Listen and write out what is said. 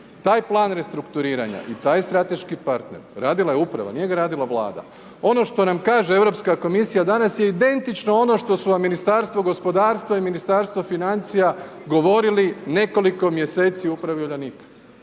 Taj plan restrukturiranja i taj strateški partner radila je uprava, nije ga radila Vlada. Ono što nam kaže Europska komisija danas je identično ono što su vam Ministarstvo gospodarstva i Ministarstvo financija govorili nekoliko mjeseci upravi Uljanika.